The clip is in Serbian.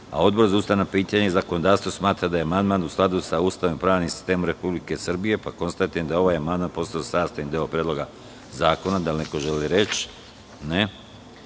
a Odbor za ustavna pitanja i zakonodavstvo smatra da je amandman u skladu sa Ustavom i pravnim sistemom Republike Srbije, pa konstatujem da je ovaj amandman postao sastavni deo Predloga zakona. Da li neko želi reč?